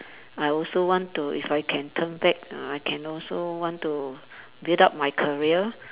I also want to if I can turn back uh I can also want to build up my career